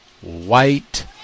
white